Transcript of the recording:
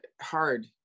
hard